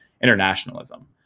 internationalism